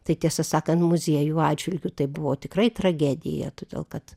tai tiesą sakant muziejų atžvilgiu tai buvo tikrai tragedija todėl kad